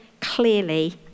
clearly